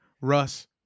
Russ